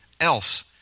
else